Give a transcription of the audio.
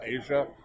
Asia